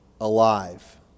alive